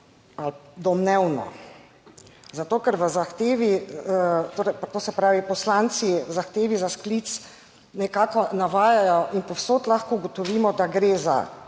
"domnevno", zato, ker v zahtevi, to se pravi poslanci v zahtevi za sklic nekako navajajo in povsod lahko ugotovimo, da gre za